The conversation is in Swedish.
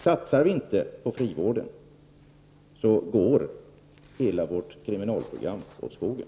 Satsar vi inte på frivården går hela vårt kriminalvårdsprogram åt skogen.